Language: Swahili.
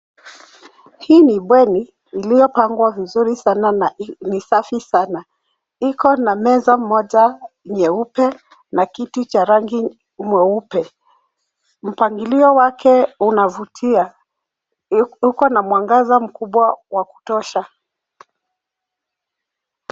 Hii ni bweni iliyopangwa vizuri sana na ni safi sana, iko na meza moja nyeupe na kiti cha rangi mweupe. Mpangilio wake unavutia, iko na mwangaza mkubwa wa kutosha.